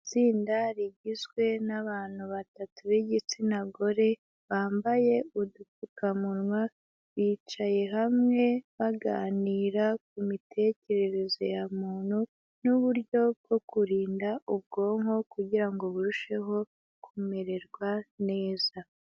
Itsinda rigizwe n'abantu batatu b'igitsina gore bambaye udupfukamunwa, bicaye hamwe baganira ku mitekerereze ya muntu n'uburyo bwo kurinda ubwonko kugira ngo burusheho kumererwa neza.